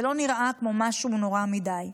זה לא נראה כמו משהו נורא מדי.